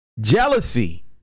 jealousy